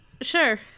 sure